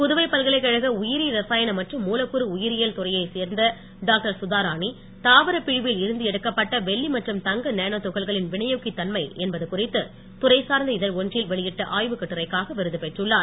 புதுவை பல்கலைக்கழக உயிரி ரசாயன மற்றும் மூலக்கூறு உயிரியல் துறையைச் சேர்ந்த டாக்டர் சுதா ராணி தாவரப் பிழிவில் இருந்து எடுக்கப்பட்டவெள்ளி மற்றும் தங்க நானோ துகள்களின் வினையூக்கித் தன்மை என்பது குறித்து துறை சார்ந்த இதழ் ஒன்றில் வெளியிட்ட ஆய்வுக் கட்டுரைக்காக விருது பெற்றுள்ளார்